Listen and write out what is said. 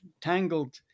tangled